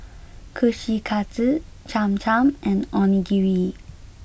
Kushikatsu Cham Cham and Onigiri